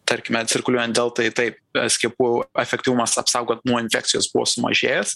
tarkime cirkuliuojant deltai taip skiepų efektyvumas apsaugot nuo infekcijos buvo sumažėjęs